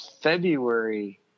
february